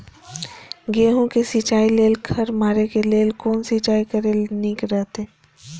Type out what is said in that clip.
गेहूँ के सिंचाई लेल खर मारे के लेल कोन सिंचाई करे ल नीक रहैत?